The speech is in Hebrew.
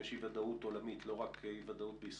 יש אי ודאות עולמית, לא רק אי ודאות בישראל.